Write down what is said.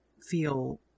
feel